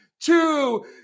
two